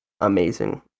amazing